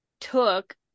took